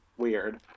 weird